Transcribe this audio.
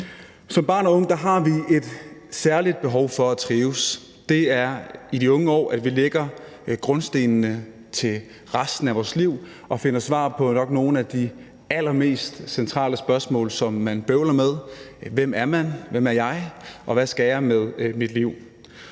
Som barn og ung har vi et særligt behov for at trives. Det er i de unge år, vi lægger grundstenene til resten af vores liv og finder svar på nogle af de nok allermest centrale spørgsmål, som man bøvler med – hvem man er, hvem jeg er, og hvad jeg skal med mit liv.